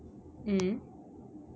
mm